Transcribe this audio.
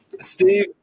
Steve